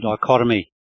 dichotomy